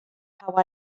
how